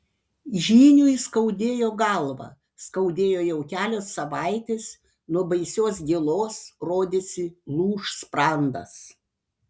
žyniui skaudėjo galvą skaudėjo jau kelios savaitės nuo baisios gėlos rodėsi lūš sprandas